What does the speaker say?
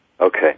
Okay